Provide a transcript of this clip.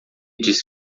disse